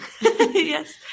Yes